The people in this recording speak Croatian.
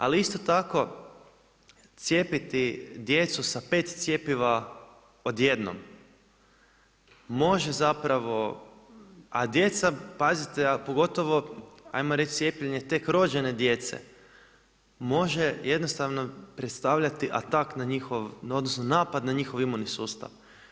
Ali isto tako cijepiti djecu sa 5 cjepiva odjednom, može zapravo, a djeca zapravo, pazite, a pogotovo cijepljenje tek rođene djece može jednostavno predstavljati atak na njihov odnosno napad na njihov imuni sustav.